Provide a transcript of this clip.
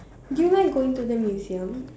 do you mind going to the museum